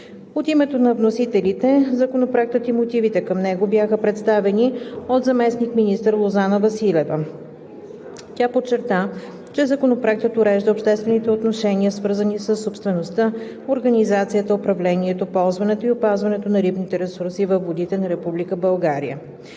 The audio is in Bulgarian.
От името на вносителите Законопроектът и мотивите към него бяха представени от заместник-министър Лозана Василева. Тя подчерта, че Законопроектът урежда обществените отношенията, свързани със собствеността, организацията, управлението, ползването и опазването на рибните ресурси във водите на Република